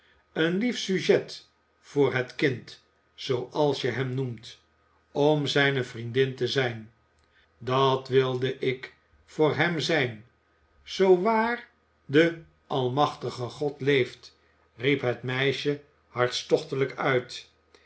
een lief sujet voor het kind zooals je hem noemt om zijne vriendin te zijn dat wil ik voor hem zijn zoo waar de almachtige god leeft riep het meisje hartstochtelijk uit